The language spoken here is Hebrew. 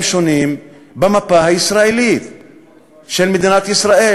שונים במפה הישראלית של מדינת ישראל?